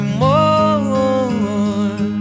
more